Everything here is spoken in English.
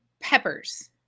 peppers